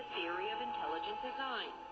theory of intelligent design.